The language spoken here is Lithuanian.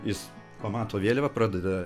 jis pamato vėliavą pradeda